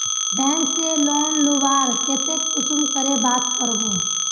Bank से loan लुबार केते कुंसम करे बात करबो?